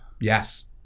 Yes